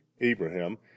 Abraham